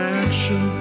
action